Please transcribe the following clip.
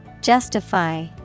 Justify